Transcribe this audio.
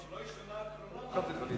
שלא יישמע כמו תלונה חלילה.